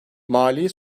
mali